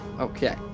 Okay